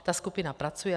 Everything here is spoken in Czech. Ta skupina pracuje.